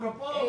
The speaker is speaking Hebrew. אפרופו,